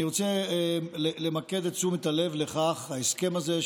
אני רוצה למקד את תשומת הלב בכך שההסכם הזה,